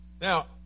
Now